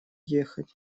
ехать